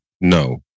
No